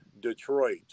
Detroit